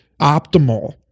optimal